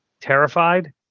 terrified